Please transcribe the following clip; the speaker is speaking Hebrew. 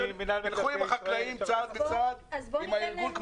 -- יכולים החקלאים צעד בצעד עם הארגון,